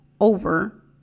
over